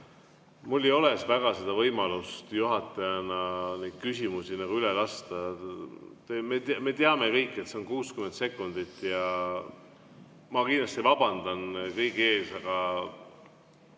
Mul ei ole väga võimalust juhatajana neid küsimusi nagu üle lasta. Me teame kõik, et see aeg on 60 sekundit. Ja ma kiiresti vabandan kõigi ees, aga